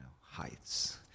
heights